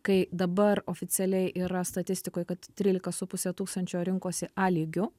kai dabar oficialiai yra statistikoj kad trylika su puse tūkstančio rinkosi a lygiu